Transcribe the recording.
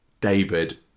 David